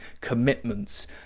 commitments